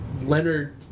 leonard